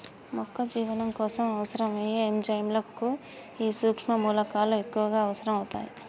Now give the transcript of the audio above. మొక్క జీవనం కోసం అవసరం అయ్యే ఎంజైముల కు ఈ సుక్ష్మ మూలకాలు ఎక్కువగా అవసరం అవుతాయి